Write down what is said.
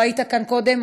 לא היית כאן קודם,